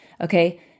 Okay